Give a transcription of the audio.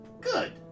Good